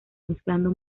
mezclando